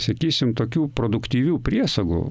sakysim tokių produktyvių priesagų